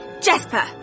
Jesper